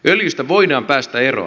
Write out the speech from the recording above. öljystä voidaan päästä eroon